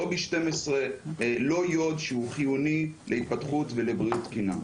לא B12 ולא יוד שהוא חיוני להתפתחות ולבריאות תקינה.